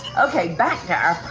okay back to